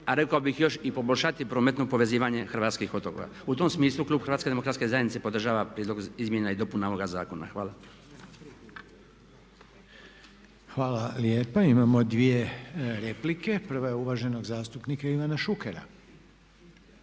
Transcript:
a rekao bih još i poboljšati prometno povezivanje hrvatskih otoka. U tom smislu klub HDZ-a podržava prijedlog izmjena i dopuna ovoga zakona. Hvala. **Reiner, Željko (HDZ)** Hvala lijepa. Imamo dvije replike. Prva je uvaženog zastupnika Ivana Šukera.